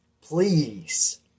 Please